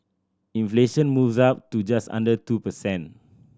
inflation moves up to just under two per cent